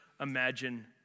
imagine